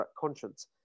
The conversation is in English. conscience